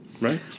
right